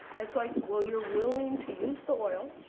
its like, well you're willing to use the oil.